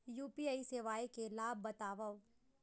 UPI सेवाएं के लाभ बतावव?